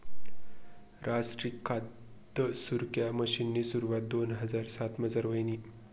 रासट्रीय खाद सुरक्सा मिशननी सुरवात दोन हजार सातमझार व्हयनी